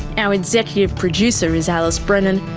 our executive producer is alice brennan.